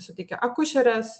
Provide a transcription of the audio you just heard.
suteikia akušerės